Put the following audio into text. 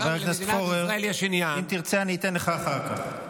חבר הכנסת פורר, אם תרצה, אני אתן לך אחר כך.